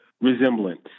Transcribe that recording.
resemblance